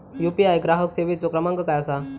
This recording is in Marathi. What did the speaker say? यू.पी.आय ग्राहक सेवेचो क्रमांक काय असा?